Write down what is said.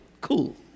Cool